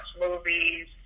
movies